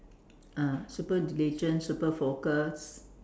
ah super diligent super focused